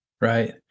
right